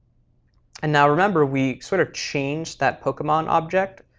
and now remember we sort of changed that pokemon object,